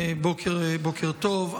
בוקר טוב,